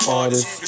artist